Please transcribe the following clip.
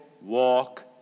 walk